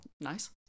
nice